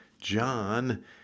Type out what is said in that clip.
John